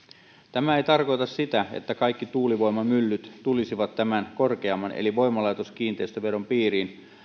tämä ei tarkoita sitä että kaikki tuulivoimamyllyt tulisivat tämän korkeamman eli voimalaitoskiinteistöveron piiriin